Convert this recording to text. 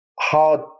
hard